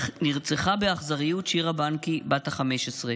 נרצחה באכזריות שירה בנקי בת ה-15.